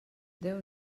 déu